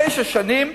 תשע שנים,